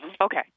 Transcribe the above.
okay